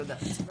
תודה.